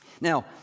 Now